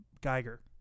Geiger